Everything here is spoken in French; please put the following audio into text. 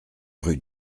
rue